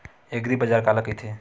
एग्रीबाजार काला कइथे?